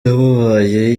yababaye